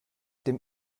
dem